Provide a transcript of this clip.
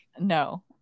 no